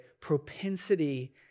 propensity